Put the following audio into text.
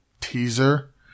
teaser